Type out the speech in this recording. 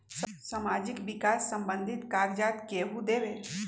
समाजीक विकास संबंधित कागज़ात केहु देबे?